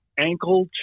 Ankle